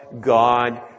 God